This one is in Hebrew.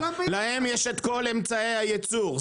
להם יש את כל אמצעי הייצור.